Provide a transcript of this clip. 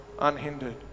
unhindered